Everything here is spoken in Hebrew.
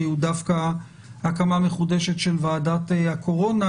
הוא דווקא הקמה מחודשת של ועדת הקורונה,